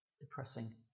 Depressing